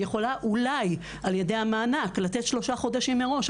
היא יכולה אולי על-ידי המענק לתת שלושה חודשים מראש,